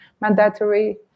mandatory